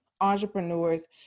entrepreneurs